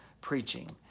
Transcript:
preaching